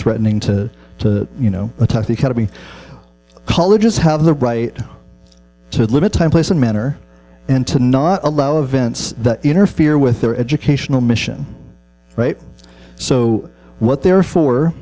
threatening to to you know the tough economy colleges have the right to limit time place and manner and to not allow events that interfere with their educational mission so what they're for